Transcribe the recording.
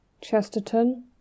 Chesterton